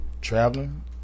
traveling